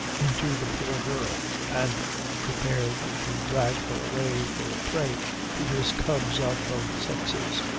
into the poor girl and prepared to drag her away for a prey to his cubs of both sexes.